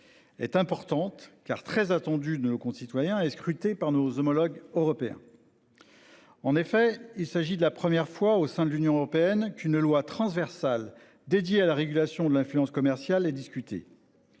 Est importante car très attendu nos concitoyens et scruté par nos homologues européens. En effet, il s'agit de la première fois au sein de l'Union européenne qu'une loi transversale dédié à la régulation de l'influence commerciale et discuter.